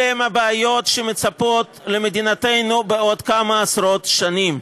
אלה הן הבעיות שמצפות למדינתנו בעוד כמה עשרות שנים.